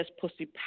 pussy